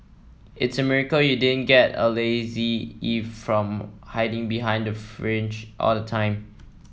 it's a miracle you didn't get a lazy from hiding behind the fringe all the time